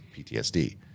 ptsd